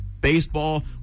baseball